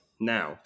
Now